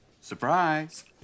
Surprise